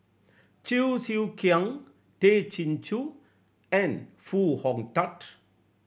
Cheong Siew Keong Tay Chin Joo and Foo Hong Tatt